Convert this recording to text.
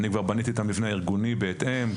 אני כבר בניתי את המבנה הארגוני בהתאם,